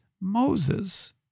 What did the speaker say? Moses